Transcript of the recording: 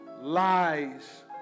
lies